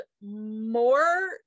more